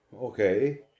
Okay